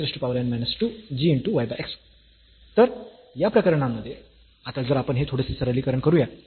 तर या प्रकरणामध्ये आता जर आपण हे थोडेसे सरलीकरण करूया